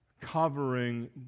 covering